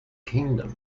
kingdom